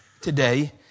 today